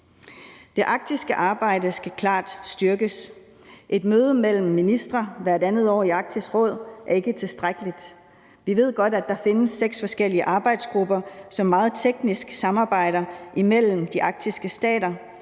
Det arktiske arbejde skal klart styrkes. Et møde mellem ministre hvert andet år i Arktisk Råd er ikke tilstrækkeligt. Vi ved godt, at der findes seks forskellige arbejdsgrupper, som meget teknisk samarbejder imellem de arktiske stater,